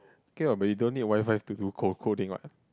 okay what but you don't need WiFi to do co~ coding what